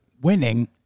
Winning